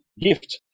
gift